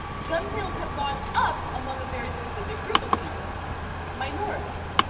gun sales have gone up among a very specific group of people minorities.